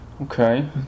Okay